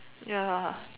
ya